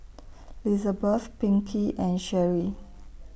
Lizabeth Pinkey and Sherri